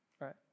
right